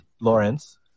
Lawrence